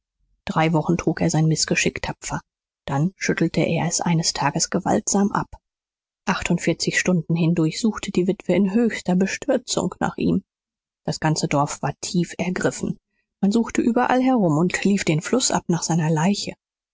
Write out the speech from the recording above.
drei wochen trug er sein mißgeschick tapfer dann schüttelte er es eines tages gewaltsam ab achtundvierzig stunden hindurch suchte die witwe in höchster bestürzung nach ihm das ganze dorf war tief ergriffen man suchte überall herum und ließ den fluß ab nach seiner leiche